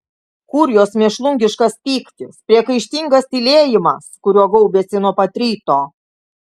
kur jos mėšlungiškas pyktis priekaištingas tylėjimas kuriuo gaubėsi nuo pat ryto